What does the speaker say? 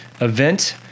event